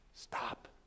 Stop